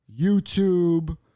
YouTube